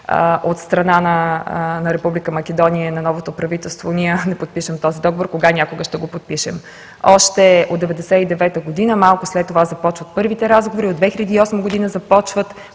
от страна на Република Македония и на новото правителство, не подпишем този договор, кога някога ще го подпишем. Още от 1999 г., малко след това започват първите разговори. От 2008 г. започват,